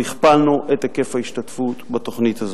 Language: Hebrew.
אנחנו הכפלנו את היקף ההשתתפות בתוכנית הזאת.